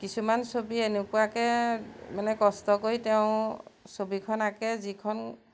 কিছুমান ছবি এনেকুৱাকৈ মানে কষ্ট কৰি তেওঁ ছবিখন আকে যিখন